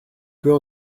peut